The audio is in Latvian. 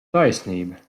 taisnība